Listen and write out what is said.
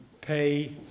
pay